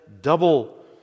double